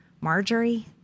Marjorie